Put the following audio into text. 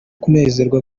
kunezerwa